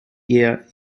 year